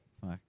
Fuck